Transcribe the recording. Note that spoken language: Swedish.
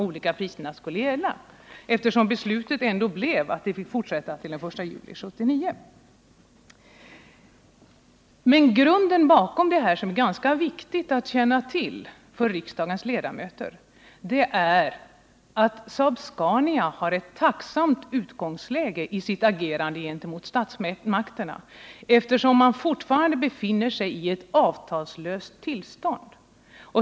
Men bakgrunden till detta, som det är ganska viktigt för riksdagens ledamöter att känna till, är att Saab-Scania har haft ett tacksamt utgångsläge i sitt agerande gentemot statsmakterna, eftersom man då fortfarande befann sig i ett avtalslöst tillstånd.